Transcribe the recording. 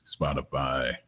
Spotify